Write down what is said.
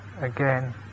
again